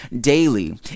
daily